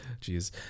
Jeez